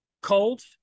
cold